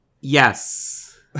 Yes